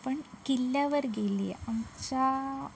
पण किल्ल्यावर गेले आहे आमच्या